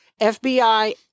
FBI